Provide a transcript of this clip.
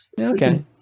okay